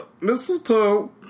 Mistletoe